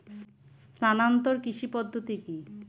স্থানান্তর কৃষি পদ্ধতি কি?